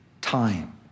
time